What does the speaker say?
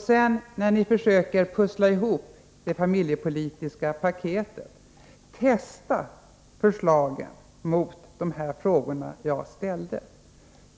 Sedan när ni försöker pussla ihop det familjepolitiska paketet, testa förslagen mot de frågor jag ställde.